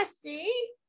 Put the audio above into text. See